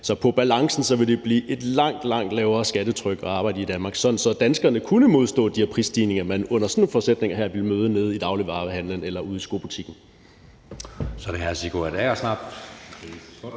Så på balancen vil det blive et langt, langt lavere skattetryk at arbejde med i Danmark, så danskerne vil kunne modstå de her prisstigninger, man under sådan nogle forudsætninger her vil møde nede i dagligvarebutikken eller ude i skobutikken. Kl. 14:12 Anden næstformand